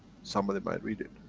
somebody might read it.